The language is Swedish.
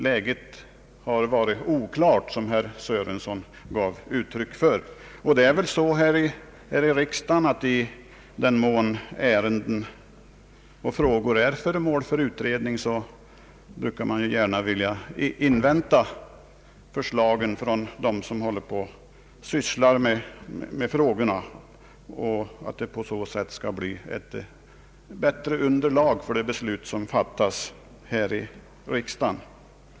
Läget har varit oklart, sade herr Sörenson. I den mån frågor är föremål för utredning brukar vi gärna vilja invänta förslagen från dem som sysslar med frågorna, för att det på så sätt skall komma fram bättre underlag för besluten här i riksdagen.